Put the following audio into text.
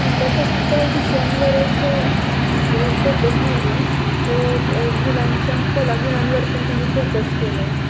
तिथं फक्त विषयांवरच म्हणजे फोकस नाही आहे तर मुलांच्या कलागुणांवर पण त्यांनी फोकस केला आहे